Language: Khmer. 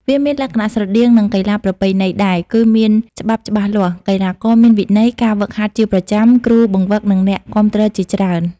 វាមានលក្ខណៈស្រដៀងនឹងកីឡាប្រពៃណីដែរ គឺមានច្បាប់ច្បាស់លាស់ កីឡាករមានវិន័យ ការហ្វឹកហាត់ជាប្រចាំ គ្រូបង្វឹក និងអ្នកគាំទ្រជាច្រើន។